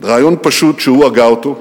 רעיון פשוט, שהוא הגה אותו,